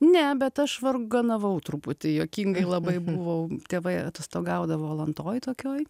ne bet aš vargonavau truputį juokingai tėvai atostogaudavo alantoj tokioj